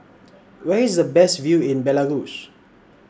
Where IS The Best View in Belarus